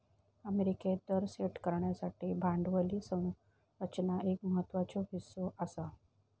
अमेरिकेत दर सेट करण्यासाठी भांडवली संरचना एक महत्त्वाचो हीस्सा आसा